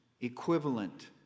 equivalent